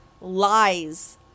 lies